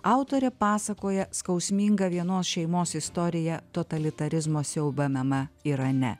autorė pasakoja skausmingą vienos šeimos istoriją totalitarizmo siaubamame irane